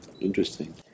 Interesting